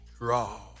draw